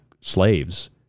slaves